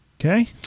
Okay